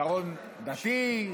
עיקרון דתי,